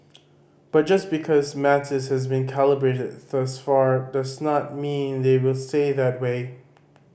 but just because matters have been calibrated thus far does not mean they will stay that way